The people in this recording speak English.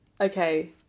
Okay